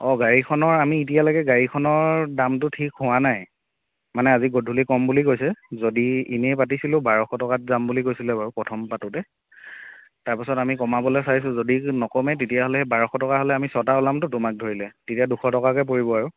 অ গাড়ীখনৰ আমি এতিয়ালৈকে গাড়ীখনৰ দামটো ঠিক হোৱা নাই মানে আজি গধূলি কম বুলি কৈছে যদি এনেই পাতিছিলোঁ বাৰশ টকাত যাম বুলি কৈছিলে বাৰু প্ৰথম পাতোঁতে তাৰ পিছত আমি কমাবলৈ চাইছোঁ যদি নকমে তেতিয়াহ'লে সেই বাৰশ টকা হলে আমি ছটা ওলামতো তোমাক ধৰিলে তেতিয়া দুশ টকাকৈ পৰিব আৰু